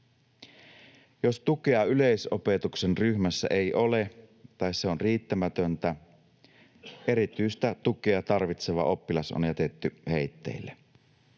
Jos tukea yleisopetuksen ryhmässä ei ole tai se on riittämätöntä, erityistä tukea tarvitseva oppilas on jätetty heitteille.